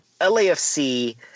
LAFC